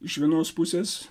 iš vienos pusės